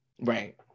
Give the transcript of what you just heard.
Right